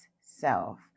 self